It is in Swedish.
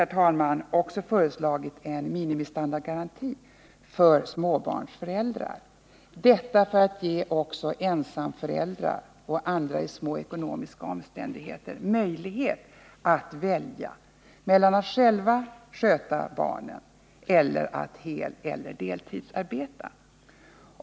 Vidare har vi föreslagit en minimistandardgaranti för småbarnsföräldrar — detta för att ge också ensamföräldrar och andra föräldrar i små ekonomiska omständigheter möjlighet att välja mellan att själva vårda barnen eller att helresp. deltidsarbeta.